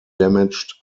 damaged